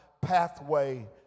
pathway